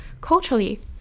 Culturally